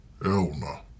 Elna